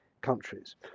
countries